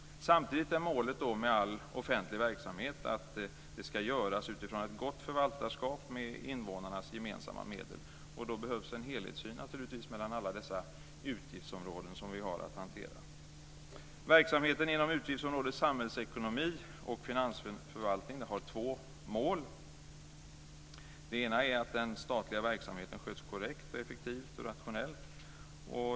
Samtidigt är målet med all offentlig verksamhet att den ska bedrivas utifrån ett gott förvaltarskap med invånarnas gemensamma medel. Då behövs naturligtvis en helhetssyn på alla dessa utgiftsområden som vi har att hantera. Verksamheten inom utgiftsområdet Samhällsekonomi och finansförvaltning har två mål. Det ena är att den statliga verksamheten sköts korrekt, effektivt och rationellt.